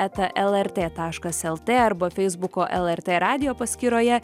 eta lrt taškas lt arba feisbuko lrt radijo paskyroje